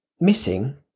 missing